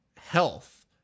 health